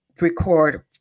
record